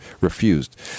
refused